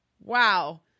wow